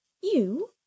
You